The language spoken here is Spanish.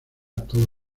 todo